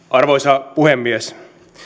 arvoisa puhemies